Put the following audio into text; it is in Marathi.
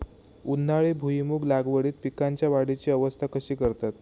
उन्हाळी भुईमूग लागवडीत पीकांच्या वाढीची अवस्था कशी करतत?